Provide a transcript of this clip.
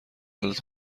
حالت